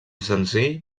senzill